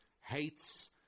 hates